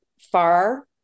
far